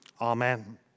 Amen